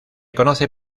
conoce